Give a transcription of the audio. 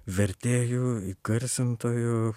vertėju įgarsintoju